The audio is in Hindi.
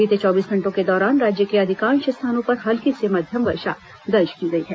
बीते चौबीस घंटों के दौरान राज्य के अधिकांश स्थानों पर हल्की से मध्यम वर्षा दर्ज की गई है